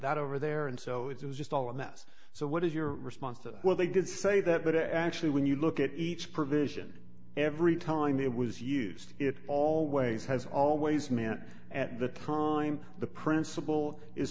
that over there and so it was just all in the us so what is your response to what they did say that but actually when you look at each provision every time it was used it always has always meant at the time the principle is